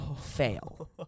fail